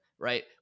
Right